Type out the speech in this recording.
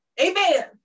Amen